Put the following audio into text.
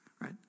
right